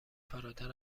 فراتر